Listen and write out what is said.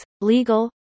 legal